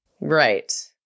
Right